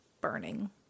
burning